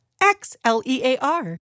X-L-E-A-R